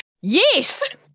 Yes